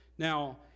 Now